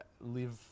live